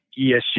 ESG